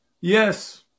Yes